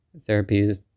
therapy